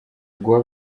guha